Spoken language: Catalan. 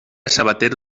sabater